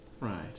Right